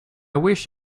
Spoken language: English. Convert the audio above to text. wish